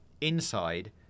inside